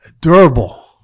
Durable